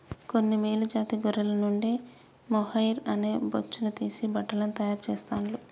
కొన్ని మేలు జాతి గొర్రెల నుండి మొహైయిర్ అనే బొచ్చును తీసి బట్టలను తాయారు చెస్తాండ్లు